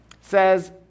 says